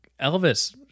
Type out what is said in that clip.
Elvis